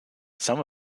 some